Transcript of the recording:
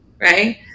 right